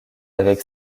avec